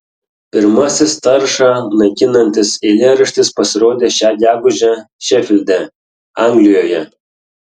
pirmasis taršą naikinantis eilėraštis pasirodė šią gegužę šefilde anglijoje